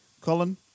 Colin